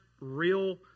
real